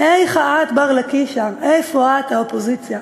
"היכא את בר לקישא?" איפה את, האופוזיציה?